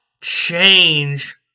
change